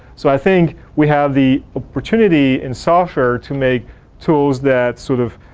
so i think we have the opportunity in software to make tools that sort of